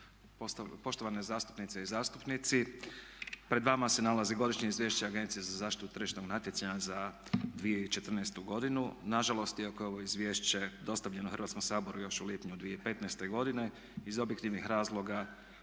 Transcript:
Poštovane zastupnice i zastupnici, pred vama se nalazi Godišnje izvješće Agencije za zaštitu tržišnog natjecanja za 2014. godinu. Na žalost, iako je ovo izvješće dostavljeno Hrvatskom saboru još u lipnju 2015. godine iz objektivnih razloga